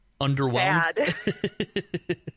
Underwhelmed